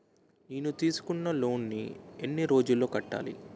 నేను తీసుకున్న లోన్ నీ ఎన్ని రోజుల్లో కట్టాలి?